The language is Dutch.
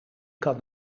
kan